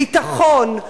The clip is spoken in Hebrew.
ביטחון,